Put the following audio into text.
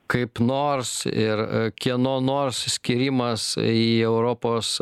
kaip nors ir kieno nors skyrimas į europos